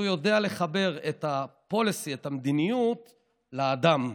הוא יודע לחבר את המדיניות לאדם.